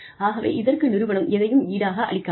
ஆகவே இதற்கு நிறுவனம் எதையும் ஈடாக அளிக்காது